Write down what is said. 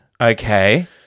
Okay